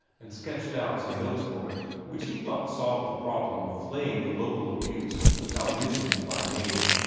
and sketched out some notes for it which he thought solved the problem of flaying the local abuse without mentioning it by name.